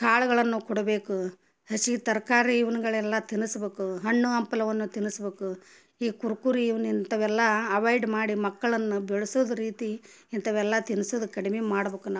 ಕಾಳುಗಳನ್ನು ಕೊಡಬೇಕು ಹಸಿ ತರಕಾರಿ ಇವ್ಗಳೆಲ್ಲ ತಿನಸ್ಬೇಕು ಹಣ್ಣು ಹಂಪಲವನ್ನು ತಿನಸ್ಬೇಕು ಈ ಕುರ್ಕುರಿ ಇವ್ನ ಇಂಥವೆಲ್ಲ ಅವಾಯ್ಡ್ ಮಾಡಿ ಮಕ್ಳನ್ನು ಬೆಳ್ಸೋದು ರೀತಿ ಇಂಥವೆಲ್ಲ ತಿನ್ಸುದು ಕಡಿಮೆ ಮಾಡ್ಬಕು ನಾವೆಲ್ಲ